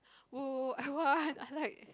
oh I want I like